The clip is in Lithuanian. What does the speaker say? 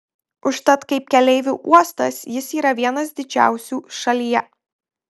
užtat kaip keleivių uostas jis yra vienas didžiausių šalyje